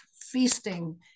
feasting